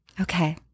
Okay